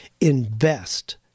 invest